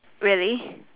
really